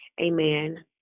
Amen